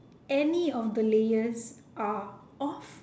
any of the layers are off